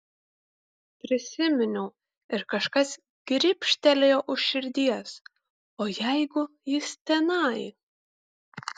prisiminiau ir kažkas gribštelėjo už širdies o jeigu jis tenai